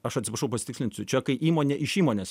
aš atsiprašau pasitikslinsiu čia kai įmonė iš įmonės